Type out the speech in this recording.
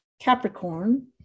Capricorn